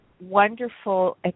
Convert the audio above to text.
wonderful